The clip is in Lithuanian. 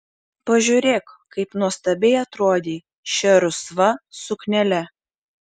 pažiūrėk kaip nuostabiai atrodei šia rusva suknele